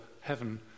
heaven